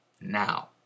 now